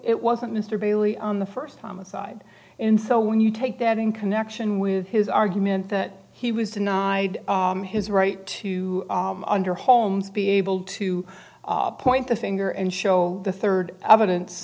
it wasn't mr bailey on the first time aside and so when you take that in connection with his argument that he was denied his right to arm under home to be able to point the finger and show the third evidence